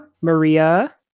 Maria